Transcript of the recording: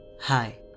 Hi